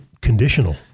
conditional